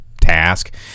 task